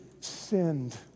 sinned